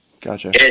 Gotcha